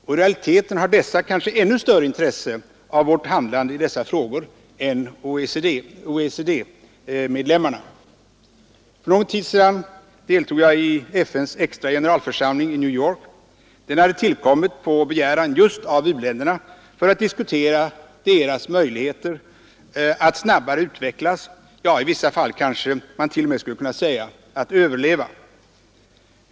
Och i realiteten har dessa kanske ännu större intresse av vårt handlande i de här frågorna än OECD-medlemmarna. För någon tid sedan deltog jag i FN:s extra generalförsamling i New York. Den hade tillkommit på begäran just av u-länderna för att diskutera deras möjligheter att snabbare utvecklas — ja, i vissa fall kanske man t.o.m. skulle kunna säga överleva.